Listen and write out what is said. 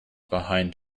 behind